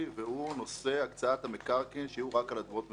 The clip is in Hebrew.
והוא נושא הקצאת המקרקעין שיהיו רק על אדמות מדינה.